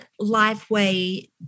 Lifeway